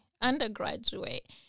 undergraduate